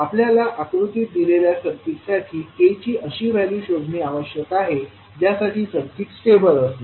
आपल्याला आकृतीत दिलेल्या सर्किटसाठी k ची अशी व्हॅल्यू शोधणे आवश्यक आहे ज्यासाठी सर्किट स्टेबल असेल